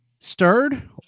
stirred